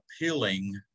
appealing